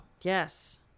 Yes